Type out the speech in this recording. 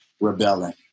rebelling